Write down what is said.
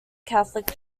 catholic